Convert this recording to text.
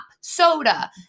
soda